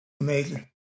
Amazing